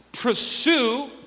pursue